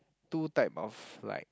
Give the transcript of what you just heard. two type of like